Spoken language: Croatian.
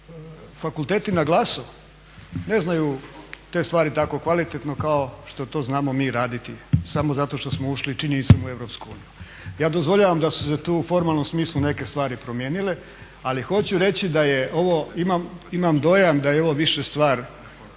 fakulteti na glasu ne znaju te stvari tako kvalitetno kao što to znamo mi raditi samo zato što smo ušli …/Govornik se ne razumije./… u Europsku uniju. Ja dozvoljavam da su se tu u formalnom smislu neke stvari promijenile ali hoću reći da je ovo, imam dojam da je ovo više stvar